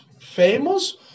famous